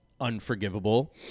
unforgivable